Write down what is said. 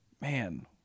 Man